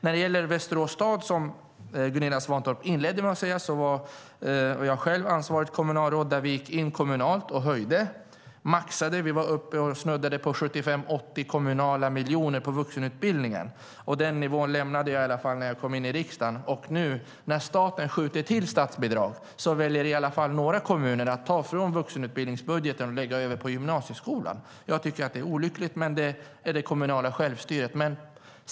När det gäller Västerås stad, som Gunilla Svantorp inledde med att ta upp, var jag själv ansvarigt kommunalråd där. Vi gick in kommunalt och gjorde höjningar, och vi maxade och var uppe och snuddade vid 75-80 kommunala miljoner på vuxenutbildningen. Det var nivån när jag avgick och kom in i riksdagen. Nu när staten skjuter till statsbidrag väljer några kommuner att ta pengar från vuxenutbildningsbudgeten och föra över dem till gymnasieskolan. Jag tycker att det är olyckligt, men så kan det bli med det kommunala självstyret.